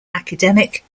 academic